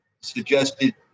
suggested